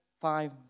five